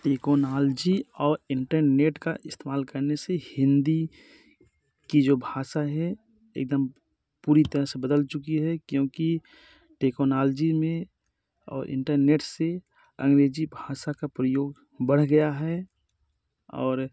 technology और internet का इस्तेमाल करने से हिन्दी की जो भाषा है एक दम पूरी तरह से बदल चुकी है क्योंकि टेकोनालजी में और इंटरनेट से अंगरेज़ी भाषा का प्रयोग बढ़ गया है और